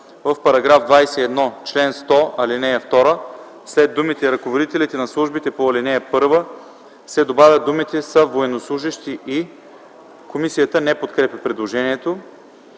В § 21, чл. 100, ал. 2 след думите „ръководителите на службите по ал. 1” се добавят думите „са военнослужещи и”. Комисията не подкрепя предложението.